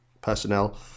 personnel